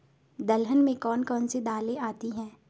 दलहन में कौन कौन सी दालें आती हैं?